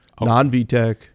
non-VTEC